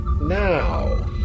Now